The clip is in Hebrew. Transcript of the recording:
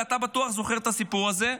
ואתה בטוח זוכר את הסיפור הזה,